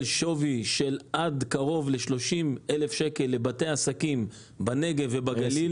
שווי של עד קרוב ל-30,000 שקלים לבתי עסקים בנגב ובגליל